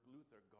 Luther